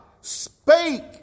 spake